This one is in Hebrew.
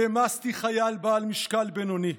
העמסתי חייל בעל משקל בינוני.